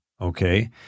Okay